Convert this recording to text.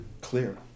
clear